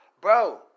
Bro